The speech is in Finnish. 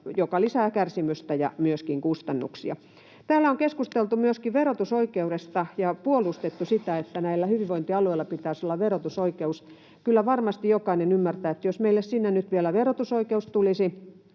hoitoa, kärsimystä ja myöskin kustannuksia. Täällä on keskusteltu myöskin verotusoikeudesta ja puolustettu sitä, että näillä hyvinvointialueilla pitäisi olla verotusoikeus. Kyllä varmasti jokainen ymmärtää, että jos meille sinne nyt vielä verotusoikeus tulisi,